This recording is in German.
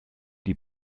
die